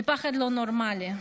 זה פחד לא נורמלי.